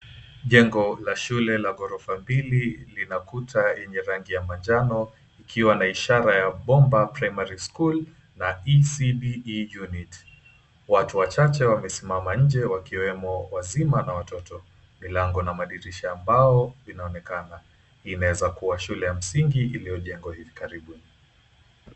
Jengo la shule la ghorofa mbili lina kuta yenye rangi ya manjano, ikiwa na ishara ya Bomba Primary School na ECDE Unit. Watu wachache wamesimama nje, wakiwemo wazima na watoto. Milango na madirisha ya mbao inaonekana. Inaweza kuwa shule ya msingi iliyojengwa hivi karibuni.